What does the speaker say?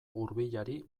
hurbilari